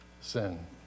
sin